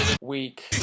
week